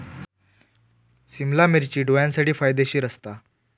सिमला मिर्ची डोळ्यांसाठी फायदेशीर असता